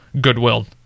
goodwill